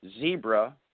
Zebra